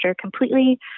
completely